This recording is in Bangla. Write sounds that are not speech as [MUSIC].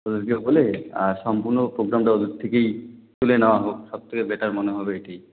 [UNINTELLIGIBLE] বলে আর সম্পূর্ণ প্রোগ্রামটা ওদের থেকেই তুলে নেওয়া হোক সবথেকে বেটার মনে হবে এটাই